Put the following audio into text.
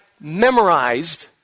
memorized